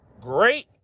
great